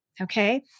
Okay